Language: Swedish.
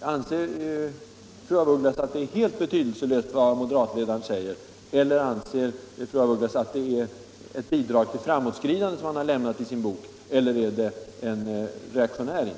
Anser fru af Ugglas att det är helt betydelselöst vad moderatledaren säger? Eller anser fru af Ugglas att det är ett bidrag till framåtskridandet som herr Bohman har lämnat i sin bok? Eller är det en reaktionär insats?